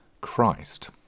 Christ